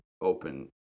open